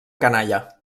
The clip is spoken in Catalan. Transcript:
canalla